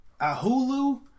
Ahulu